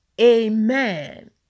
Amen